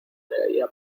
leía